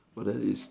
so that is